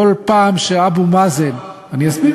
כל פעם שאבו מאזן, למה?